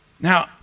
Now